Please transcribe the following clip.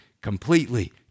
completely